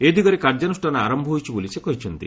ଏ ଦିଗରେ କାର୍ଯ୍ୟାନୁଷ୍ଠାନ ଆରମ୍ଭ ହୋଇଛି ବୋଲି ସେ କହିଛନ୍ତି